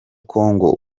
congo